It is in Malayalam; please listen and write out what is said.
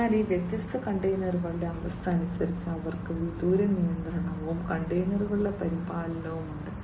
അതിനാൽ ഈ വ്യത്യസ്ത കണ്ടെയ്നറുകളുടെ അവസ്ഥ അനുസരിച്ച് അവർക്ക് വിദൂര നിയന്ത്രണവും കണ്ടെയ്നറുകളുടെ പരിപാലനവും ഉണ്ട്